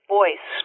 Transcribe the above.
voice